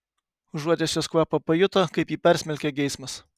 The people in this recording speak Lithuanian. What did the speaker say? užuodęs jos kvapą pajuto kaip jį persmelkia geismas